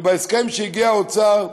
שבהסכם שהגיע אליו האוצר,